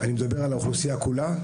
אני מדבר על האוכלוסייה כולה.